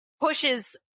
pushes